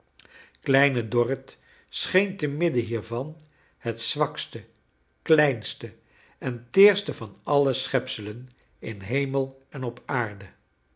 kleine dorrit scheen te midden hiervan het zwakste kleinste en teerste van alle schepselen in hemel en op aarde